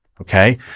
Okay